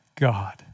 God